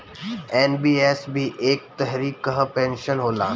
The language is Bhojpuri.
एन.पी.एस भी एक तरही कअ पेंशन होला